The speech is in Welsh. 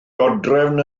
dodrefn